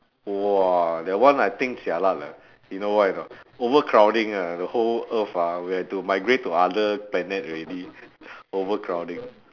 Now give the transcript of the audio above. !wah! that one I think jialat leh you know why or not overcrowding ah the whole earth ah we have to migrate to other planet already overcrowding